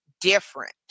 different